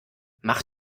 mach